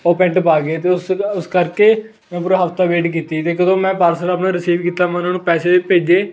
ਉਹ ਪੈਂਟ ਪਾ ਕੇ ਅਤੇ ਉਸ ਉਸ ਕਰਕੇ ਮੈਂ ਪੂਰਾ ਹਫ਼ਤਾ ਵੇਟ ਕੀਤੀ ਅਤੇ ਜਦੋਂ ਮੈਂ ਪਾਰਸਲ ਆਪਣੇ ਰਿਸੀਵ ਕੀਤਾ ਮੈਂ ਉਹਨਾਂ ਨੂੰ ਪੈਸੇ ਭੇਜੇ